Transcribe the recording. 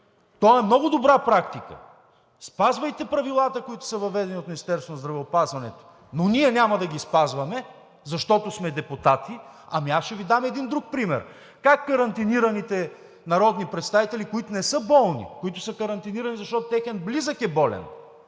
той е много добра практика, спазвайте правилата, които са въведени от Министерството на здравеопазването, но ние няма да ги спазваме, защото сме депутати…?! Аз ще Ви дам един друг пример. Как карантинираните народни представители, които не са болни, които са карантинирани, защото техен близък е болен